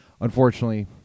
unfortunately